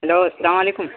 hello اسلام علیکم